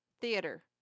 theater